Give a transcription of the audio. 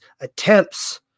attempts